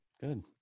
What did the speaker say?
good